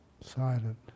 silent